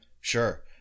Sure